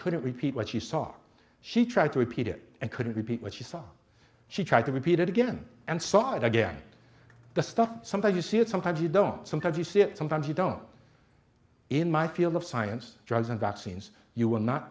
couldn't repeat what she saw she tried to repeat it and couldn't repeat what she saw she tried to repeat it again and saw it again the stuff sometimes you see it sometimes you don't sometimes you see it sometimes you don't in my field of science drugs and vaccines you will not